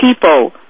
people